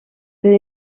per